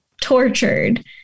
tortured